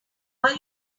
are